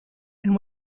and